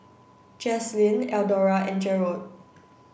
Jazlene Eldora and Jerold